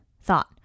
thought